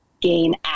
gain